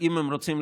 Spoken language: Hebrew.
אם הם רוצים,